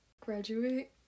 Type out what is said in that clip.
graduate